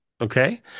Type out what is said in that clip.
Okay